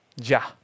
JAH